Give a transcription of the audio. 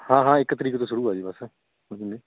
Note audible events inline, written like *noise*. ਹਾਂ ਹਾਂ ਇੱਕ ਤਰੀਕ ਤੋਂ ਸ਼ੁਰੂ ਆ ਜੀ ਬਸ *unintelligible*